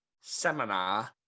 seminar